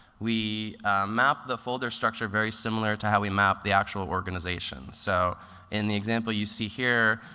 we map the folder structure very similar to how we map the actual organization. so in the example you see here,